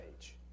age